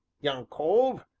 young cove,